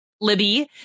Libby